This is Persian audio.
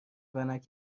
ونک